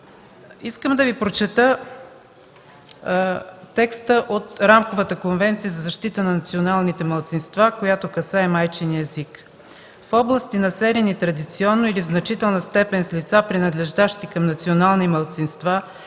Искам да Ви прочета текста от Рамковата конвенция за защита на националните малцинства, която касае майчиния език: „В области, населени традиционно или в значителна степен с лица, принадлежащи към национални малцинства,